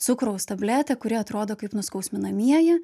cukraus tabletė kuri atrodo kaip nuskausminamieji